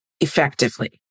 effectively